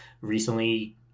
recently